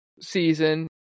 season